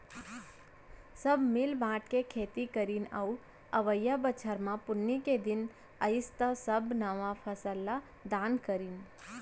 सब मिल बांट के खेती करीन अउ अवइया बछर म पुन्नी के दिन अइस त सब नवा फसल ल दान करिन